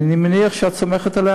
אני מניח שאת סומכת עליה